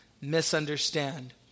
misunderstand